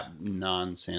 nonsense